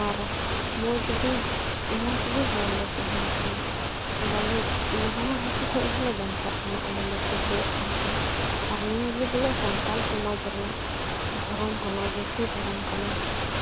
ᱟᱨ ᱢᱚᱡᱽᱜᱮ ᱦᱚᱲᱞᱮ ᱛᱟᱦᱮᱱ ᱠᱟᱱᱟ ᱵᱟᱞᱮ ᱨᱩᱣᱟᱹ ᱦᱟᱹᱥᱩ ᱠᱷᱚᱡ ᱦᱚᱞᱮ ᱵᱟᱧᱪᱟᱜ ᱠᱟᱱᱟ ᱚᱸᱰᱮᱞᱮ ᱯᱩᱡᱟᱹᱭᱮᱫ ᱠᱟᱱᱛᱮ ᱟᱨ ᱱᱤᱭᱟᱹᱜᱮ ᱵᱚᱞᱮ ᱥᱟᱱᱛᱟᱞ ᱥᱚᱢᱟᱡᱽ ᱨᱮᱱᱟᱜ ᱫᱷᱚᱨᱚᱢ ᱠᱟᱱᱟ ᱡᱟᱹᱛᱤ ᱫᱷᱚᱨᱚᱢ ᱠᱟᱱᱟ